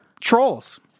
Trolls